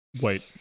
Wait